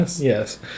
Yes